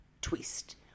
twist